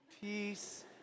Peace